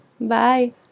Bye